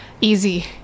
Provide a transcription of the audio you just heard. easy